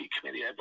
Committee